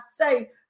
say